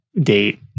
date